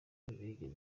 nigeze